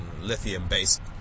lithium-based